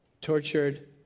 tortured